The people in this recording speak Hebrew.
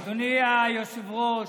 אדוני היושב-ראש,